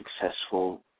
successful